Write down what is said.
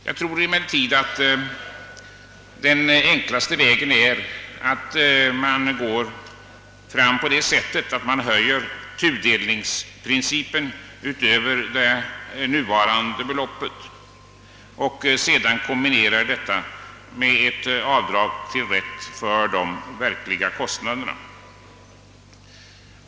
Jag tror emellertid att den enklaste vägen är att höja maximibeloppet för tudelning utöver det nuvarande i kombination med införandet av en rätt till avdrag för de verkliga kostnaderna.